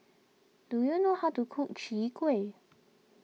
do you know how to cook Chwee Kueh